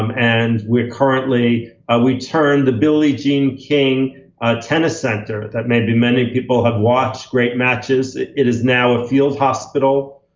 um and we're currently we turned the billie jean king tennis center but that maybe people have watched great matches, it it is now a field hospital.